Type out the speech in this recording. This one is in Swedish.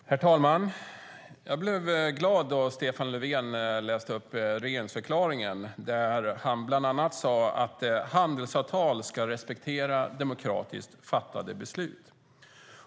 Herr talman! Jag blev glad då Stefan Löfven läste upp regeringsförklaringen, där han bland annat sade att handelsavtal ska respektera demokratiskt fattade beslut.